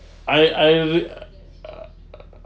I I wait err err err